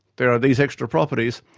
there are these extra properties,